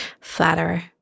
Flatterer